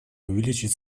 увеличить